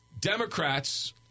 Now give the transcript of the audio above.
Democrats